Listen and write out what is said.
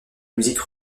musique